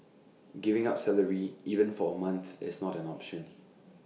giving up salary even for A month is not an option